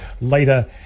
later